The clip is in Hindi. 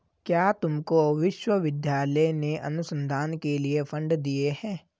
क्या तुमको विश्वविद्यालय ने अनुसंधान के लिए फंड दिए हैं?